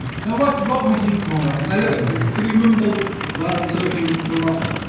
so what what would you call that and and could you mumble while i'm talking more often